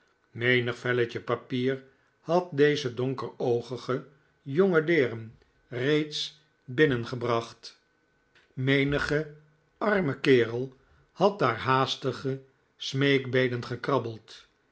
menig velletje papier had deze donkeroogige jonge deern reeds binnengebracht menige arme kerel had daar haastige smeekbeden gekrabbeld